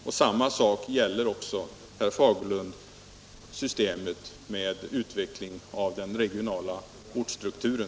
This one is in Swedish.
Detsamma gäller, herr Fagerlund, systemet med utvecklingen av den regionala ortsstrukturen.